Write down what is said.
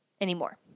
anymore